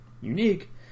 unique